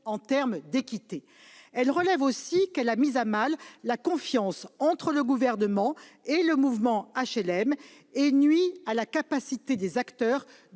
en termes d'équité. Elle relève aussi qu'elle a mis à mal la confiance entre le Gouvernement et le mouvement HLM et nui à la capacité des acteurs